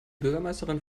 bürgermeisterin